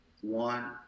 one